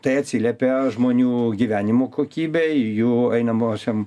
tai atsiliepia žmonių gyvenimo kokybei jų einamosiom